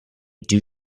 due